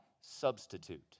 substitute